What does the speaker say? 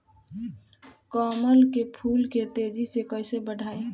कमल के फूल के तेजी से कइसे बढ़ाई?